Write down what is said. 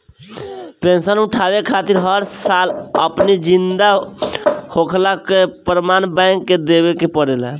pension उठावे खातिर हर साल अपनी जिंदा होखला कअ प्रमाण बैंक के देवे के पड़ेला